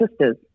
sisters